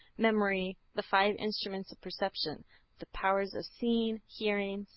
memory, the five instruments of perception the powers of seeing, hearing,